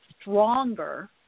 stronger